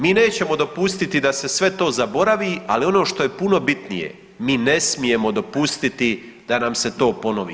Mi nećemo dopustiti da se sve to zaboravi, ali ono što je puno bitnije mi ne smijemo dopustiti da nam se to ponovi.